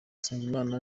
nsengimana